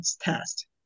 test